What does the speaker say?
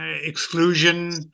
exclusion